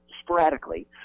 sporadically